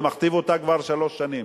ומכתיב אותה כבר שלוש שנים.